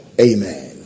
Amen